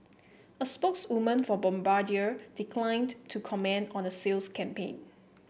a spokeswoman for Bombardier declined to comment on a sales campaign